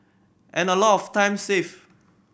and a lot of time saved